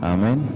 Amen